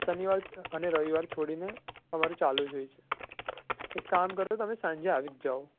શનિવાર અને રવિવાર છોડીને અમારું ચાલુ જ હોય છે એક કામ કરો તમે સાંજે આવી જ જાવ